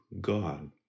God